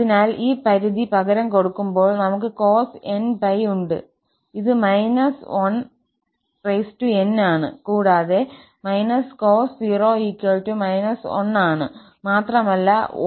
അതിനാൽ ഈ പരിധി പകരം കൊടുക്കുമ്പോൾ നമുക് cos𝑛𝜋 ഉണ്ട് ഇത് −1𝑛 ആണ് കൂടാതെ − cos 0 −1ആണ് മാത്രമല്ല 1n2𝜋പുറത്തുണ്ട്